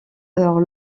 eurent